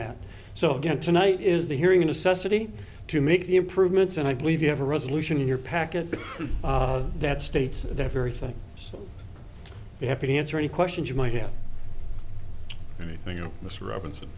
that so again tonight is the hearing a necessity to make the improvements and i believe you have a resolution in your package that states that very thing so you have to answer any questions you might have any thing you miss robinson